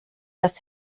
das